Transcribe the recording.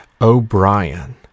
O'Brien